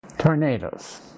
Tornadoes